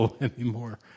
anymore